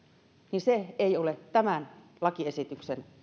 niin se ei ole tämän lakiesityksen